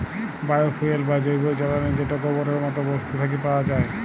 bio fuel বা জৈব জ্বালালী যেট গোবরের মত বস্তু থ্যাকে পাউয়া যায়